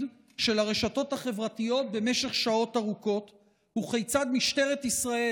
של הרשתות החברתיות במשך שעות ארוכות וכיצד משטרת ישראל,